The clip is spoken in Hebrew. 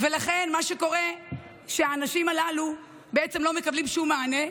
לכן מה שקורה הוא שהאנשים הללו לא מקבלים שום מענה,